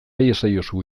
iezaiozu